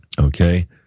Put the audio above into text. Okay